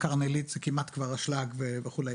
קרנליט זה כמעט כבר אשלג וכולי.